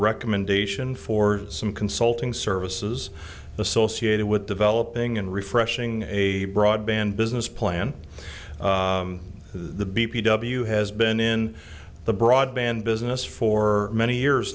recommendation for some consulting services associated with developing and refreshing a broadband business plan the b p w has been in the broadband business for many years